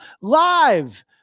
Live